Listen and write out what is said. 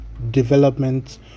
development